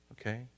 okay